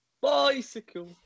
bicycle